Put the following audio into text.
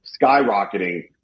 skyrocketing